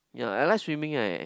ya I like swimming eh